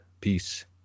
Peace